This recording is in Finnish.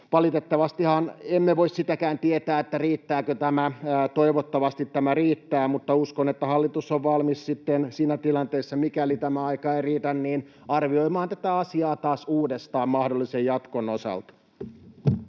Valitettavastihan emme voi sitäkään tietää, riittääkö tämä. Toivottavasti tämä riittää. Mutta uskon, että hallitus on valmis sitten siinä tilanteessa, mikäli tämä aika ei riitä, arvioimaan tätä asiaa taas uudestaan mahdollisen jatkon osalta.